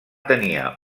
tenia